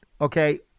Okay